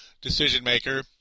decision-maker